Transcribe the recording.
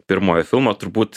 pirmojo filmo turbūt